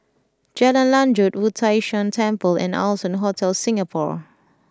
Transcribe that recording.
Jalan Lanjut Wu Tai Shan Temple and Allson Hotel Singapore